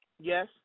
Yes